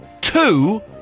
two